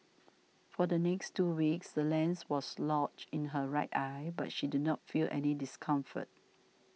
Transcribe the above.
for the next two weeks the lens was lodged in her right eye but she did not feel any discomfort